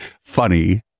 funny